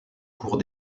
cours